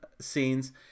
scenes